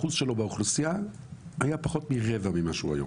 האחוז שלו באוכלוסייה היה פחות מרבע ממה שהוא היום,